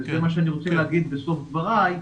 וזה מה שאני רוצה להגיד בסוף דבריי,